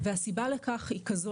והסיבה לכך היא כזו.